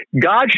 God